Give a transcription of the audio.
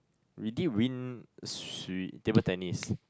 we did win swi~ table tennis